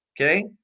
okay